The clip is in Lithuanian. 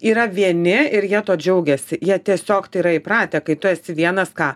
yra vieni ir jie tuo džiaugiasi jie tiesiog tai yra įpratę kai tu esi vienas ką